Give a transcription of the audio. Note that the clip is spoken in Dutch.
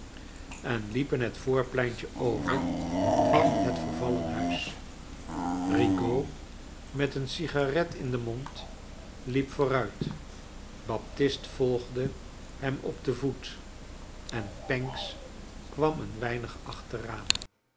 en liepen het voorpleintje over van het vervallen huis rigaud met een sigaret in den mond liep vooruit baptist volgde hem op den voet en pancks kwam een weinig aehteraan